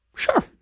Sure